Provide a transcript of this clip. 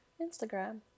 Instagram